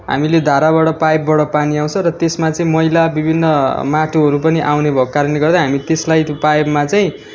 हामीले धाराबाट पाइपबाट पानी आउँछ र त्यसमा चाहिँ मैला विभिन्न माटोहरू पनि आउने भएको कारणले गर्दा हामी त्यसलाई त्यो पाइपमा चाहिँ